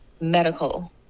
medical